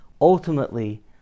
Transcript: Ultimately